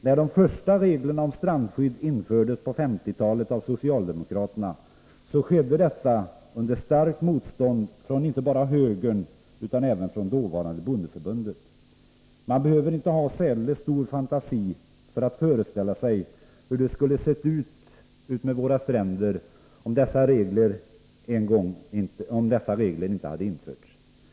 När de första reglerna om strandskydd infördes av socialdemokraterna på 1950-talet, skedde detta under starkt motstånd från inte bara högern utan även från dåvarande bondeförbundet. Man behöver inte ha särdeles stor fantasi för att föreställa sig hur det skulle ha sett ut utmed våra stränder om inte dessa regler hade införts.